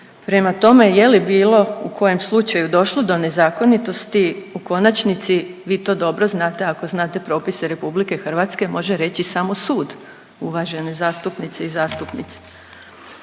Prema tome, je li bilo, u kojem slučaju došlo do nezakonitosti u konačnici vi to dobro znate ako znate propise RH može reći samo sud uvažene zastupnice i zastupnici.